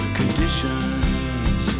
conditions